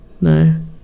No